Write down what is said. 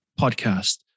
podcast